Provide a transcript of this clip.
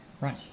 Right